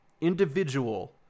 individual